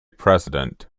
president